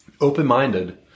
open-minded